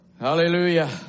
Hallelujah